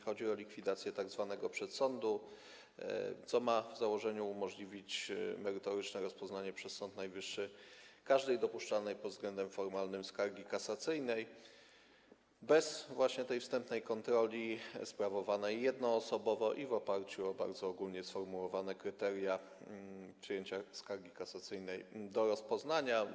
Chodzi o likwidację tzw. przedsądu, co ma w założeniu umożliwić merytoryczne rozpoznanie przez Sąd Najwyższy każdej dopuszczalnej pod względem formalnym skargi kasacyjnej właśnie bez tej wstępnej kontroli sprawowanej jednoosobowo i w oparciu o bardzo ogólnie sformułowane kryteria przyjęcia skargi kasacyjnej do rozpoznania.